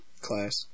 class